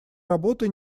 работы